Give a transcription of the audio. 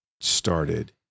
started